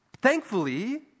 Thankfully